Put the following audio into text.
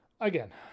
again